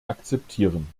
akzeptieren